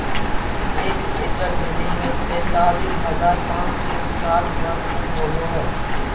एक एकड़ जमीन में तैंतालीस हजार पांच सौ साठ वर्ग फुट होबो हइ